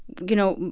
you know,